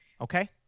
Okay